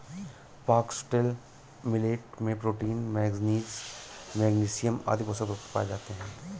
foxtail millet में protein, manganese, magnesium आदि पोषक तत्व पाए जाते है